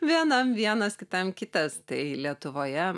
vienam vienas kitam kitas tai lietuvoje